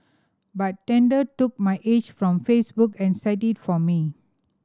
but Tinder took my age from Facebook and set it for me